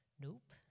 nope